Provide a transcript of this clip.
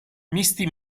misti